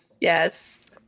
Yes